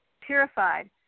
purified